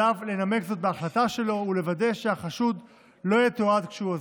עליו לנמק זאת בהחלטה שלו ולוודא שהחשוד לא יתועד כשהוא אזוק.